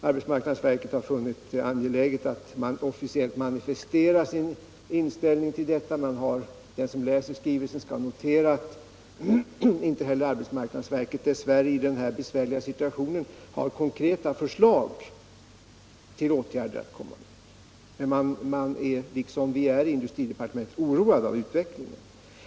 Arbetsmark nadsverket har funnit det angeläget att officiellt manifestera sin inställning. Den som läser skrivelsen skall notera att dessvärre inte heller arbetsmarknadsverket i den här situationen har några konkreta förslag till åtgärder att komma med. Men man är liksom vi i departementet oroad av utvecklingen.